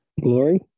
Glory